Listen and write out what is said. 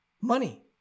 money